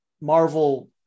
marvel